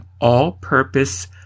all-purpose